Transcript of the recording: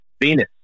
Venus